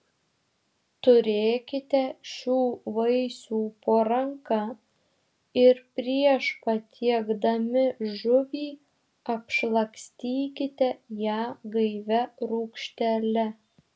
turėkite šių vaisių po ranka ir prieš patiekdami žuvį apšlakstykite ją gaivia rūgštele